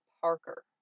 Parker